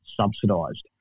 subsidised